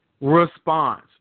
response